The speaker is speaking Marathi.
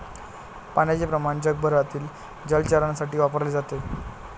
पाण्याचे प्रमाण जगभरातील जलचरांसाठी वापरले जाते